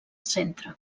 centre